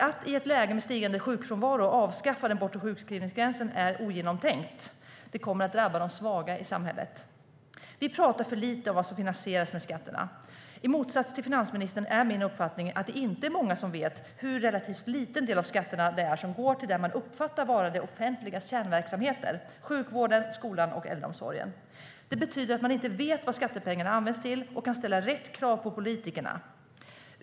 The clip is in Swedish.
Att i ett läge med stigande sjukfrånvaro avskaffa den bortre sjukskrivningsgränsen är ogenomtänkt. Det kommer att drabba de svaga i samhället. Vi pratar för lite om vad som finansieras med hjälp av skatterna. I motsats till finansministern är min uppfattning att det inte är många som vet hur relativt liten del av skatterna det är som går till det man uppfattar vara det offentligas kärnverksamheter, det vill säga sjukvården, skolan och äldreomsorgen. Det betyder att man inte vet vad skattepengarna används till eller kan ställa rätt krav på politikerna.